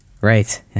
right